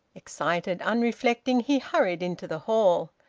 excited, unreflecting, he hurried into the hall.